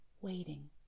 waiting